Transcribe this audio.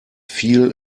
viel